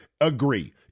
agree